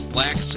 Black